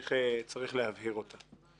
וצריך להבהיר אותה.